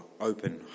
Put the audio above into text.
open